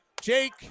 Jake